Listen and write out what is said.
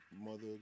mother